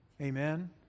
Amen